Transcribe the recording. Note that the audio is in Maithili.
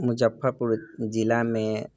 मुजफ्फरपुर जिलामे